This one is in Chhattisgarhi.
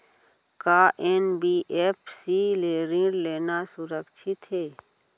का एन.बी.एफ.सी ले ऋण लेना सुरक्षित हे?